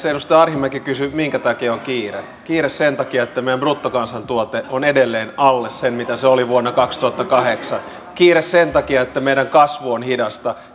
edustaja arhinmäki kysyi minkä takia on kiire kiire sen takia että meidän bruttokansantuote on edelleen alle sen mitä se oli vuonna kaksituhattakahdeksan kiire sen takia että meidän kasvu on hidasta